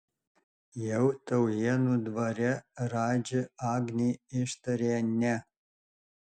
jau taujėnų dvare radži agnei ištarė ne